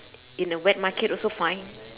in the wet market also fine